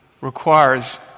requires